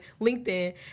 LinkedIn